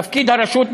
תפקיד הרשות,